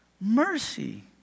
Mercy